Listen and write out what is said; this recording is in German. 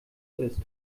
ist